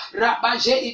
rabage